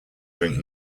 drink